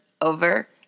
over